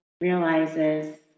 realizes